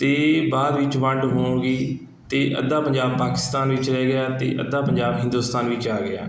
ਅਤੇ ਬਾਅਦ ਵਿੱਚ ਵੰਡ ਹੋ ਗਈ ਅਤੇ ਅੱਧਾ ਪੰਜਾਬ ਪਾਕਿਸਤਾਨ ਵਿੱਚ ਰਹਿ ਗਿਆ ਅਤੇ ਅੱਧਾ ਪੰਜਾਬ ਹਿੰਦੁਸਤਾਨ ਵਿੱਚ ਆ ਗਿਆ